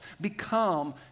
become